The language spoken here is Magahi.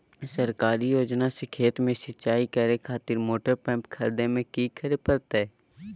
सरकारी योजना से खेत में सिंचाई करे खातिर मोटर पंप खरीदे में की करे परतय?